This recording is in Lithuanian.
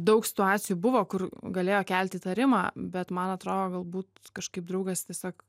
daug situacijų buvo kur galėjo kelti įtarimą bet man atrodo galbūt kažkaip draugas tiesiog